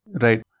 Right